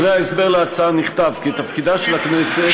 בדברי ההסבר להצעה נכתב כי: תפקידה של הכנסת,